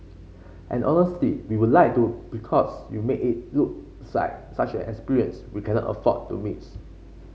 and honestly we would like to because you make it look side such an experience we cannot afford to miss